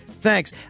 Thanks